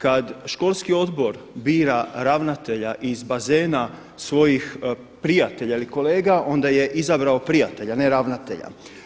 Kada školski odbor bira ravnatelja iz bazena svojih prijatelja ili kolega onda je izabrao prijatelja, a ne ravnatelja.